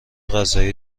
غذایی